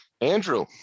Andrew